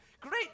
great